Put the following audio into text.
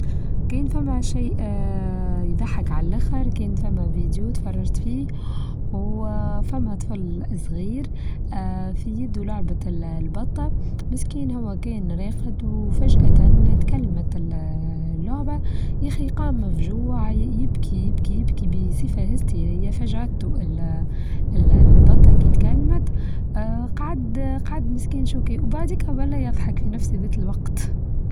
كان فما شيء يضحك على اللخر كان فما ڤيديو تفرچت فيه وفما طفل صغير اه في يده لعبة البطة مسكين هو كان راقد وفجأة تكلمت اللعبة يا أخي قام مفچوع يبكي-يبكي-يبكي بصفة هستيرية فجعته ال-ال-البطة كى اتكلمت قعد قعد مسكين شوي كا وبعديكا بلا يضحك في نفس ذات الوقت.